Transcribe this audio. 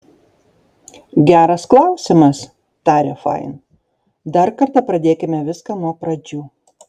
geras klausimas tarė fain dar kartą pradėkime viską nuo pradžių